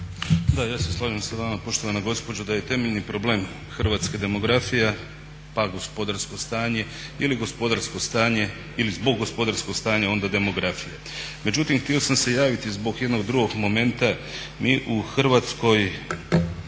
DI)** Ja se slažem sa vama poštovana gospođo da je temeljni problem Hrvatske demografija pa gospodarsko stanje ili gospodarsko stanje, ili zbog gospodarskog stanja onda demografija. Međutim, htio sam se javiti zbog jednog drugog momenta, mi u Hrvatskoj